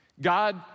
God